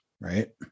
Right